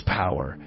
power